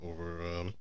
over